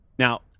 Now